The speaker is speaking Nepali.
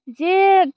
जे